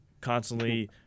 constantly